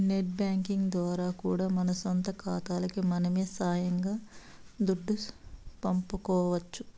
net banking ద్వారా కూడా మన సొంత కాతాలకి మనమే సొయంగా దుడ్డు పంపుకోవచ్చు